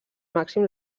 màxim